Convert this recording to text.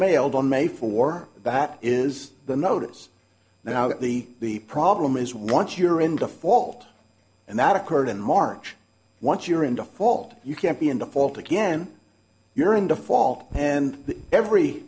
mailed on may for that is the notice now that the problem is once you're in default and that occurred in march once you're in default you can't be in default again you're in default and every